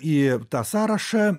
į tą sąrašą